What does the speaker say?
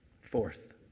Fourth